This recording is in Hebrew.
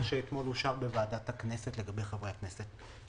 שאתמול אושר בוועדה הכנסת לגבי חברי הכנסת.